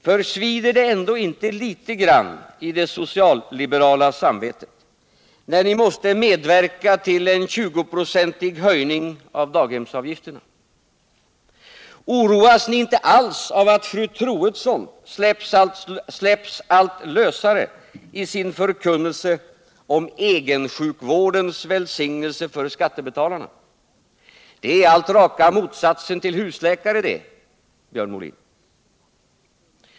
För svider det ändå inte litet grand i det socialliberala samvetet när ni måste medverka till en 20-procentig höjning av daghemsavgifterna? Oroas ni inte alls av att fru Troedsson släpps allt lösare i sin förkunnelse om egensjukvårdens välsignelser för skattebetalarna? Det är allt raka motsatsen till husläkare det, Björn Molin!